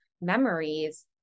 memories